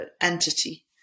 entity